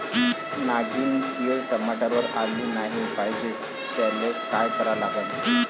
नागिन किड टमाट्यावर आली नाही पाहिजे त्याले काय करा लागन?